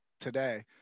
today